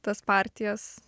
tas partijas